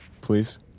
Please